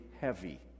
heavy